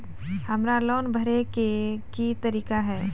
हमरा लोन भरे के की तरीका है?